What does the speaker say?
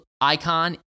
icon